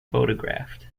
photographed